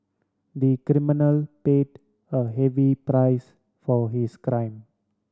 the criminal paid a heavy price for his crime